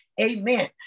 Amen